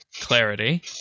clarity